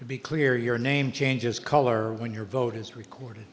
to be clear your name changes color when your vote is recorded